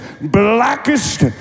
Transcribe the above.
blackest